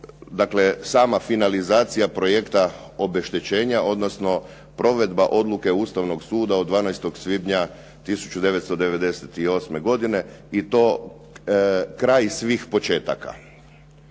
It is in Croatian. sama finalizacija projekta obeštećenja odnosno provedba odluke Ustavnog suda od 12. svibnja 1998. godine i to kraj svih početaka.